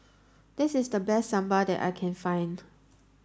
this is the best Sambar that I can find